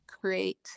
Create